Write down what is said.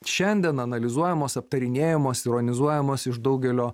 šiandien analizuojamos aptarinėjamos ironizuojamos iš daugelio